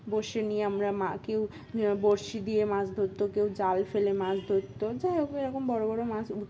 বসে নিয়ে আমরা মা কেউ বঁড়শি দিয়ে মাছ ধরতো কেউ জাল ফেলে মাছ ধরতো যাই হোক এরকম বড়ো বড়ো মাছ